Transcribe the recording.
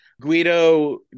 Guido